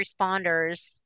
responders